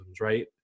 right